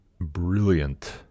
brilliant